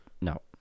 No